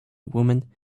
women